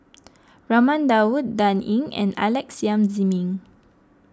Raman Daud Dan Ying and Alex Yam Ziming